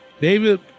David